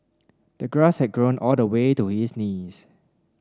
the grass had grown all the way to his knees